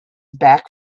back